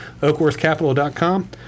oakworthcapital.com